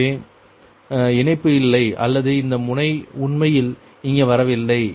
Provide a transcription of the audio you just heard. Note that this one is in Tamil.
எனவே இணைப்பு இல்லை அல்லது இந்த முனை உண்மையில் இங்கே வரவில்லை